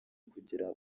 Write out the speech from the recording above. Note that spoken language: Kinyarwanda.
kugera